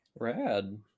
Rad